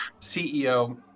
CEO